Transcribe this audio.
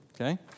okay